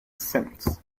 since